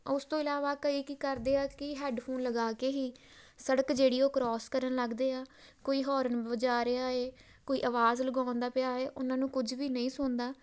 ਉਸ ਤੋਂ ਇਲਾਵਾ ਕਈ ਕੀ ਕਰਦੇ ਆ ਕਿ ਹੈੱਡਫੋਨ ਲਗਾ ਕੇ ਹੀ ਸੜਕ ਜਿਹੜੀ ਉਹ ਕਰੋਸ ਕਰਨ ਲੱਗਦੇ ਆ ਕੋਈ ਹੋਰਨ ਵਜਾ ਰਿਹਾ ਹੈ ਕੋਈ ਆਵਾਜ਼ ਲਗਾਉਂਦਾ ਪਿਆ ਹੈ ਉਹਨਾਂ ਨੂੰ ਕੁਝ ਵੀ ਨਹੀਂ ਸੁਣਦਾ ਅਤੇ